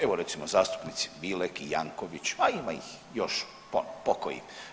Evo recimo zastupnici Bilek, Jankovics, a ima ih još pokoji.